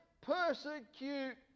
persecute